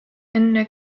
enne